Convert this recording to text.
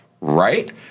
right